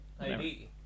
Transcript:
ID